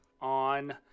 on